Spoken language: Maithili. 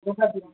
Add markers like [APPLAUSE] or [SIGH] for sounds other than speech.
[UNINTELLIGIBLE]